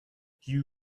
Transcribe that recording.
you